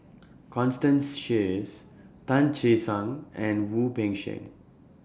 Constance Sheares Tan Che Sang and Wu Peng Seng